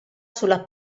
sulla